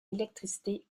électricité